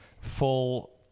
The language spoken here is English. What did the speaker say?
full